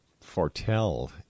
foretell